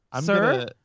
Sir